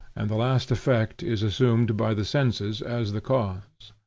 and the last effect is assumed by the senses as the cause.